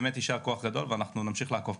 יישר כוח גדול ואנחנו נמשיך לעקוב.